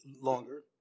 longer